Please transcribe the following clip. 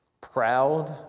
proud